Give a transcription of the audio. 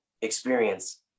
experience